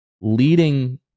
leading